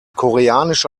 koreanische